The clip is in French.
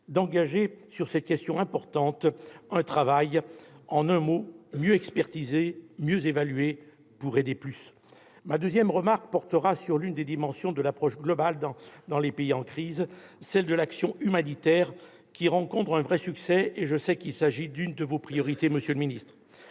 travail sur cette question importante. Pour faire bref, il s'agit de mieux expertiser, de mieux évaluer, pour aider plus. Ma seconde remarque portera sur l'une des dimensions de l'approche globale dans les pays en crise, celle de l'action humanitaire, qui rencontre un vrai succès. Je sais que c'est l'une de vos priorités, monsieur le ministre.